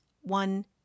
one